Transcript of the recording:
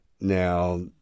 Now